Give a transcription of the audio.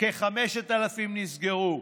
כ-5,000 נסגרו.